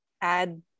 add